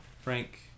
Frank